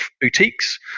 boutiques